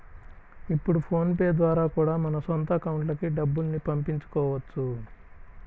ఇప్పుడు PhonePe ద్వారా కూడా మన సొంత అకౌంట్లకి డబ్బుల్ని పంపించుకోవచ్చు